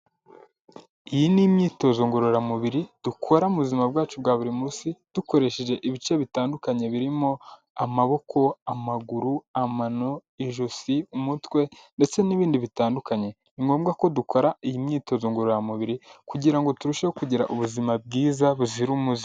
Iyi ni imyitozo ngororamubiri, dukora mu buzima bwacu bwa buri munsi, dukoresheje ibice bitandukanye birimo: amaboko, amaguru, amano, ijosi, umutwe ndetse n'ibindi bitandukanye. Ni ngombwa ko dukora iyi myitozo ngororamubiri kugira ngo turusheho kugira ubuzima bwiza buzira umuze.